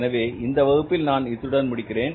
எனவே இந்த வகுப்பில் நான் இத்துடன் முடிக்கிறேன்